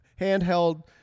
handheld